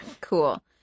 cool